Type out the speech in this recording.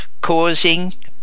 causing